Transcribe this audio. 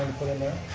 put in there.